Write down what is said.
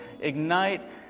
ignite